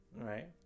right